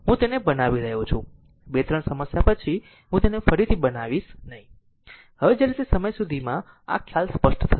હું તેને બનાવી રહ્યો છું 2 3 સમસ્યા પછી હું તેને ફરીથી બનાવીશ નહીં હવે જ્યારે તે સમય સુધીમાં આ ખ્યાલ સ્પષ્ટ થઈ જશે